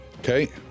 Okay